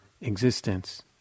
existence